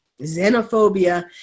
xenophobia